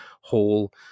whole